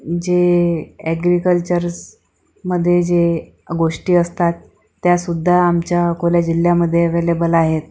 जे ॲग्रीकल्चर्स मध्ये जे गोष्टी असतात त्यासुद्धा आमच्या अकोला जिल्ह्यामध्ये अव्हेलेबल आहेत